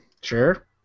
Sure